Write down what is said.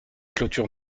clôtures